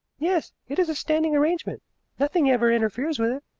yes it is a standing arrangement nothing ever interferes with it.